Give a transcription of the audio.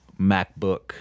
MacBook